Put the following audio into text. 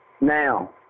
Now